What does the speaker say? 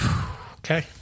Okay